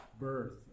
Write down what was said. birth